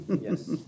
Yes